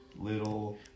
Little